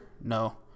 No